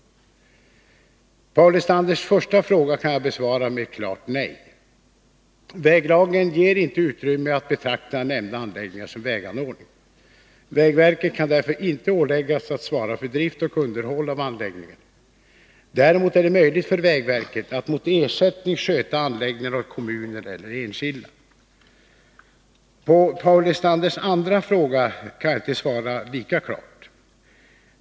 Paul Lestanders första fråga kan jag besvara med ett klart nej. Väglagen ger inte utrymme att betrakta nämnda anläggningar som väganordning. Vägverket kan därför inte åläggas att svara för drift och underhåll av anläggningarna. Däremot är det möjligt för vägverket att mot ersättning sköta anläggningarna åt kommuner eller enskilda. På Paul Lestanders andra fråga kan jag inte svara lika klart.